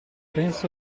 penso